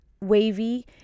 wavy